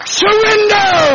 surrender